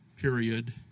period